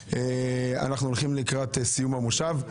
אנחנו הולכים לקראת סיום המושב.